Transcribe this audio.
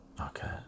okay